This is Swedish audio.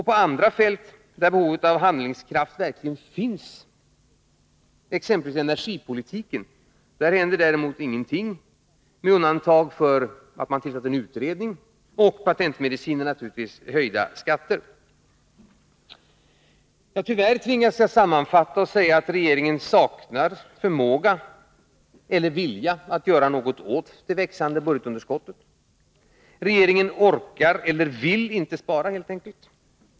På andra fält där behovet av handlingskraft verkligen finns, exempelvis när det gäller energipolitiken, händer däremot ingenting med undantag för att man tillsatt en utredning, och patentmedicinen naturligtvis: höjda skatter. Tyvärr tvingas jag sammanfatta och säga: Regeringen saknar förmåga eller vilja att göra någonting åt det växande budgetunderskottet. Regeringen orkar inte, eller vill helt enkelt inte, spara.